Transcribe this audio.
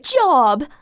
job